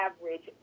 average